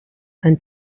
and